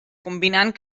combinant